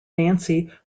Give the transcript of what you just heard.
nancy